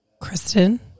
Kristen